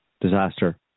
disaster